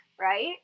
right